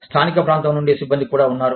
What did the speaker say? స్థానిక ప్రాంతం నుండి సిబ్బంది కూడా ఉన్నారు